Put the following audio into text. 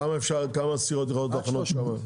כמה סירות יכולות לחנות שם?